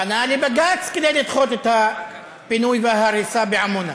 פנה לבג"ץ כדי לדחות את הפינוי וההריסה בעמונה.